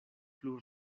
plu